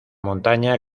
montaña